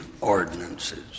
ordinances